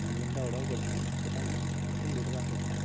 ମୁଇ ଯେନ୍ଟା ଅର୍ଡ଼ର କରିଛେଁ ସେଇଟା ମୁଇଁ ମୋତେ ମିଲ୍ବାର୍ କଥା